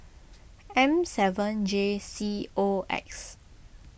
M seven J C O X